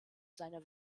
seiner